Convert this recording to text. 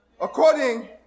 according